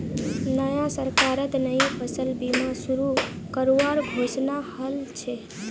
नया सरकारत नई फसल बीमा शुरू करवार घोषणा हल छ